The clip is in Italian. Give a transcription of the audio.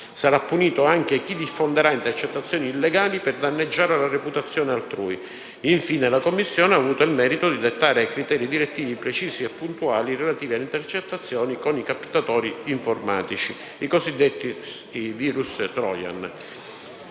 Sarà punito anche chi diffonderà intercettazioni illegali per danneggiare la reputazione altrui. Infine, la Commissione ha avuto il merito di dettare criteri direttivi precisi e puntuali relativi alle intercettazioni con i captatori informatici, i cosiddetti virus *trojan*.